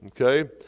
Okay